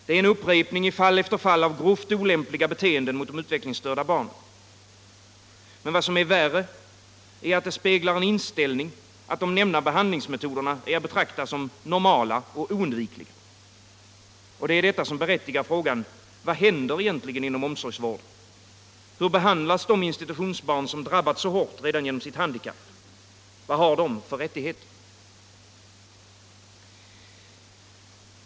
Det är en upprepning i fall efter fall av grovt olämpliga beteenden mot de utvecklingsstörda barnen. Men vad som är värre är att det speglar en inställning att de nämnda behandlingsmetoderna är att betrakta som normala och oundvikliga. Det är detta som berättigar frågan: Vad händer egentligen inom omsorgsvården? Hur behandlas de institutionsbarn som drabbats så hårt redan genom sitt handikapp? Vad har de för rättigheter?